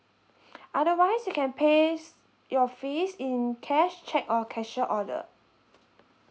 otherwise you can pay s~ your fees in cash cheque or cashier order